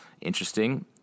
interesting